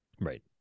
right